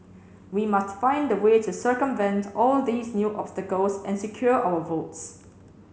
we must find a way to circumvent all these new obstacles and secure our votes